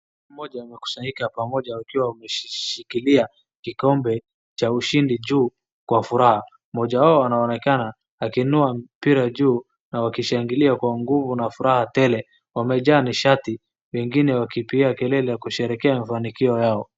Moja wamekusanyika pamoja wakiwa wameshikilia kikombe cha ushindi juu kwa furaha. Mmoja wao anaonekana akiinua mpira juu na wakishangilia kwa nguvu na furaha tele. Wamejaa nishati na wengine wakipiga kelele kusherekea mafanikio yao.